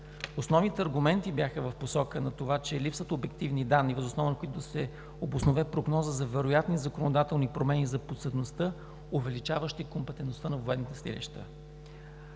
Основните аргументи бяха в посока на това, че липсват обективни данни, въз основа на които да се обоснове прогноза за вероятни законодателни промени за подсъдността, увеличаващи компетентността на военните съдилища.